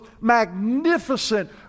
magnificent